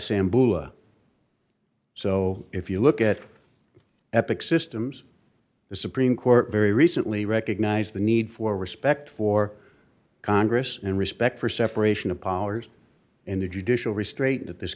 assembly so if you look at epic systems the supreme court very recently recognized the need for respect for congress and respect for separation of powers and the judicial restraint that this